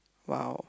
!wow!